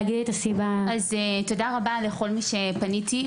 תגידי מה הסיבה.) תודה רבה לכל מי שפניתי אליו,